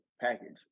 package